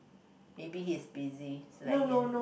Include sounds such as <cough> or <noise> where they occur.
<noise> maybe he's busy <noise>